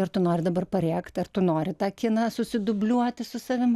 ar tu nori dabar parėkt ar tu nori tą kiną susidubliuoti su savim